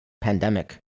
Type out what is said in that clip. pandemic